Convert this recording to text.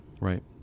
Right